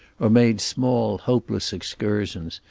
or made small hopeless excursions,